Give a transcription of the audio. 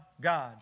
God